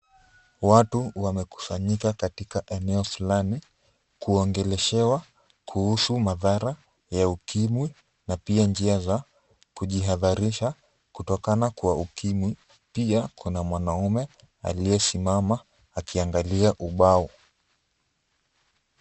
Watu wamekusanyika katika eneo fulani, kuongeleshewa kuhusu madhara ya ukimwi na pia njia za kujihadharisha kutokana kwa ukimwi. Pia kuna mwanaume aliyesimama akiangalia ubao.